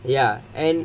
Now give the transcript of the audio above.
ya and